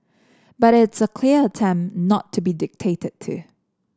but it's a clear attempt not to be dictated to